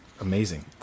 Amazing